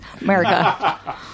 america